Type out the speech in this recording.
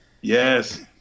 Yes